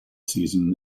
season